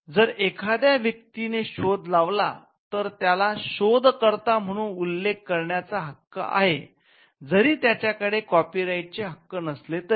जर एखाद्या व्यक्तीने शोध लावला तर त्याला शोध कर्ता म्हणून उल्लेख करण्या चा हक्क आहे जरी त्याच्या कडे कॉपीराईट चे हक्क नसले तरी